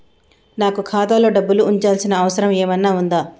నాకు ఖాతాలో డబ్బులు ఉంచాల్సిన అవసరం ఏమన్నా ఉందా?